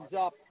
up